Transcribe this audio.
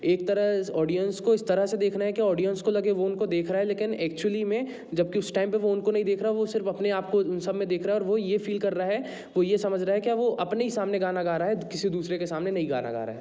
एक तरह इस ऑडियंस को इस तरह से देखना है कि ऑडियंस को लगे वो उनको देख रहा है लेकिन एक्चुअली में जब कि उस टाइम पर वो उनको नहीं देख रहा वो अपने आप को सब में फील कर रहा है वो ये समझ रहा है कि वो अपने ही सामने गाना गा रहा है किसी दूसरे के सामने नहीं गाना गा रहा है